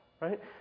right